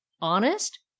Honest